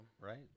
Right